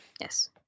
Yes